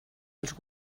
els